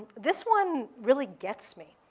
this one really gets me